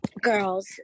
girls